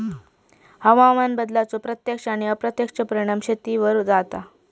हवामान बदलाचो प्रत्यक्ष आणि अप्रत्यक्ष परिणाम शेतीवर जाता